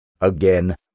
Again